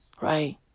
Right